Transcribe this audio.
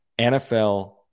NFL